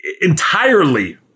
entirely